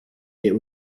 der